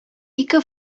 ике